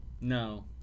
No